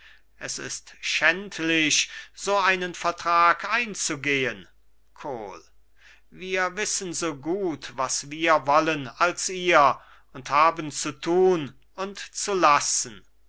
es ist schändlich so einen vertrag einzugehen kohl wir wissen so gut was wir wollen als ihr und haben zu tun und zu lassen